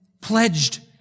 pledged